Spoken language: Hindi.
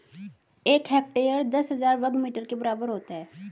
एक हेक्टेयर दस हजार वर्ग मीटर के बराबर होता है